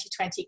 2020